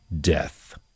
death